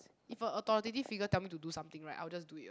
if a authoritative figure tell me to do something right I will just do it